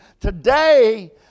Today